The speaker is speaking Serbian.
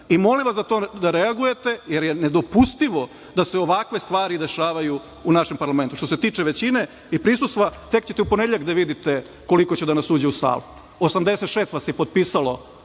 radio. Molim vas da reagujete, jer je nedopustivo da se ovakve stvari dešavaju u našem parlamentu. Što se tiče većine i prisustva, tek ćete u ponedeljak da vidite koliko će da nas uđe u salu. Osamdeset šest vas je potpisalo